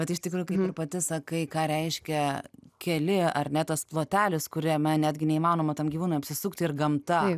bet iš tikrųjų kaip ir pati sakai ką reiškia keli ar ne tas plotelis kuriame netgi neįmanoma tam gyvūnui apsisukti ir gamta